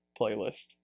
playlist